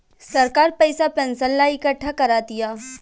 सरकार पइसा पेंशन ला इकट्ठा करा तिया